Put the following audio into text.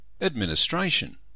administration